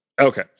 Okay